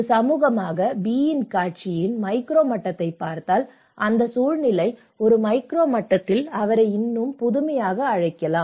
ஒரு சமூகமாக B இன் காட்சியின் மைக்ரோ மட்டத்தைப் பார்த்தால் அந்த சூழலில் ஒரு மைக்ரோ மட்டத்தில் அவரை இன்னும் புதுமையாக அழைக்கலாம்